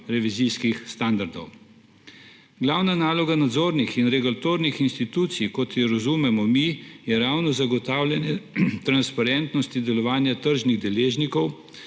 revizijski standardov. Glavna naloga nadzornih in regulatornih institucij, kot jo razumemo mi, je ravno zagotavljanje transparentnost delovanja tržnih deležnikov,